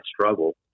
struggle